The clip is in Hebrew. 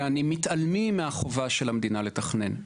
יעני מתעלמים מהחובה של המדינה לתכנן,